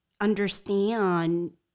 understand